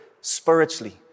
spiritually